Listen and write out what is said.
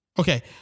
Okay